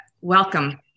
Welcome